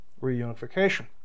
reunification